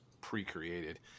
pre-created